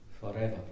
forever